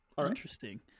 Interesting